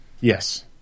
Yes